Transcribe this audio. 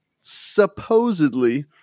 supposedly